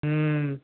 हं